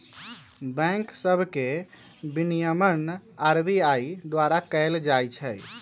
bank सभ के विनियमन आर.बी.आई द्वारा कएल जाइ छइ